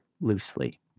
loosely